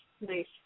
Nice